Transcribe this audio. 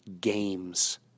games